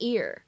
Ear